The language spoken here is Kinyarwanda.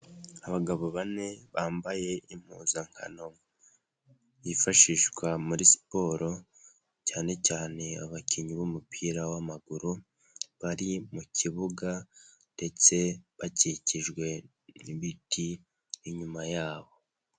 Abagabo bane bambaye impuzankano, yifashishwa muri siporo, cyane cyane abakinnyi b'umupira w'amaguru, bari mu kibuga ndetse bakikijwe n'ibiti, inyuma yabo.